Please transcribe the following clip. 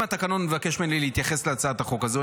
אם התקנון מבקש ממני להתייחס להצעת החוק הזו,